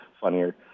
funnier